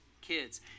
kids